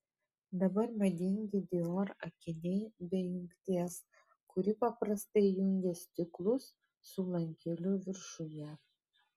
dabar madingi dior akiniai be jungties kuri paprastai jungia stiklus su lankeliu viršuje